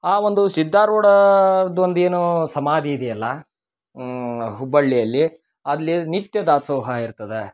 ಆ ಒಂದು ಸಿದ್ಧಾರೂಢ ಅವ್ರ್ದು ಒಂದು ಏನೂ ಸಮಾಧಿ ಇದಿಯಲ್ಲ ಹುಬ್ಬಳ್ಳಿಯಲ್ಲಿ ಅಲ್ಲಿ ನಿತ್ಯ ದಾಸೋಹ ಇರ್ತದೆ